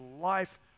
life